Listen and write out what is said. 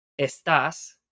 estás